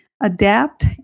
adapt